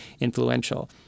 influential